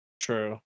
True